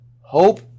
Hope